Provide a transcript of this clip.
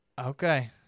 Okay